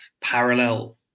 parallel